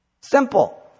Simple